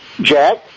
Jack